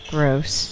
Gross